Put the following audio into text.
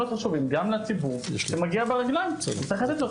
להיות חשובים גם לציבור שמגיע ברגליים וצריך לתת לציבור